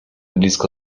blisko